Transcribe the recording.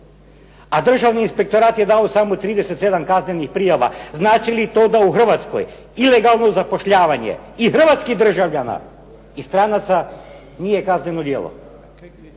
a Državni inspektorat je dao samo 37 kaznenih prijava znači li to da u Hrvatskoj ilegalno zapošljavanje i hrvatskih državljana i stranaca nije kazneno djelo.